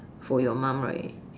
for your mum right